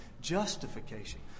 Justification